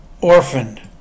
orphaned